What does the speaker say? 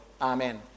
Amen